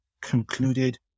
concluded